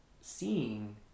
seeing